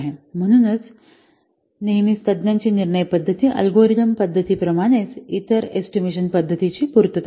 म्हणूनच नेहमीच तज्ञांची निर्णय पद्धत ही अल्गोरिदम पद्धतीप्रमाणेच इतर एस्टिमेशन पद्धतीची पूर्तता करते